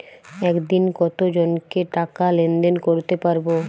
একদিন কত জনকে টাকা লেনদেন করতে পারবো?